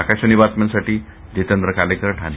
आकाशवाणी बातम्यांसाठी जितेंद्र कालेकर ठाणे